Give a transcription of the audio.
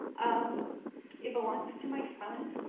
um it belongs to my son,